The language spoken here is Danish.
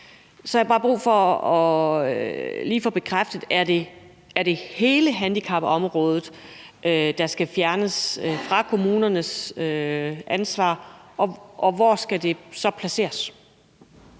så har jeg bare brug for lige at få bekræftet noget. Er det hele handicapområdet, der skal fjernes fra kommunernes ansvar, og hvor skal det så placeres?